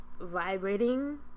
vibrating